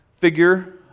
figure